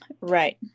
right